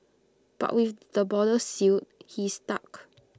but with the borders sealed he's stuck